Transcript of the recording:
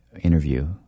interview